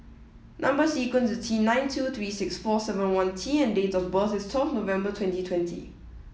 number sequence is T nine two three six four seven one T and date of birth is twelfth November twenty twenty